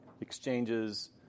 exchanges